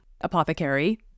apothecary